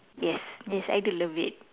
yes yes I do love it